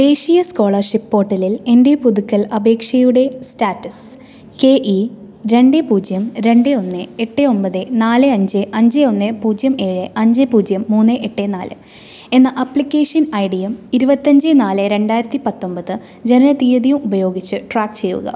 ദേശീയ സ്കോളർഷിപ്പ് പോട്ടലിൽ എൻ്റെ പുതുക്കൽ അപേക്ഷയുടെ സ്റ്റാറ്റസ് കെ ഇ രണ്ട് പൂജ്യം രണ്ട് ഒന്ന് എട്ട് ഒമ്പത് നാല് അഞ്ച് അഞ്ച് ഒന്ന് പൂജ്യം ഏഴ് അഞ്ച് പൂജ്യം മൂന്ന് എട്ട് നാല് എന്ന ആപ്ലിക്കേഷൻ ഐ ഡിയും ഇരുപത്തഞ്ച് നാല് രണ്ടായിരത്തി പത്തൊമ്പത് ജനനത്തീയതിയും ഉപയോഗിച്ച് ട്രാക്ക് ചെയ്യുക